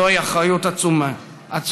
זוהי אחריות עצומה.